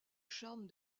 charme